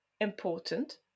important